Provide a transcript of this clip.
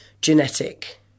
genetic